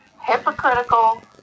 hypocritical